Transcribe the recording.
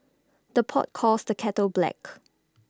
the pot calls the kettle black